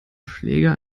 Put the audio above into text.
schläger